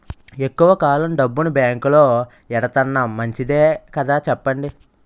ఎక్కువ కాలం డబ్బును బాంకులో ఎడతన్నాం మంచిదే కదా చెప్పండి